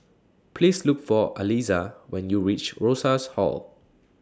Please Look For Aliza when YOU REACH Rosas Hall